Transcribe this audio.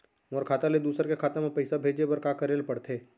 मोर खाता ले दूसर के खाता म पइसा भेजे बर का करेल पढ़थे?